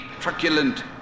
truculent